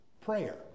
prayer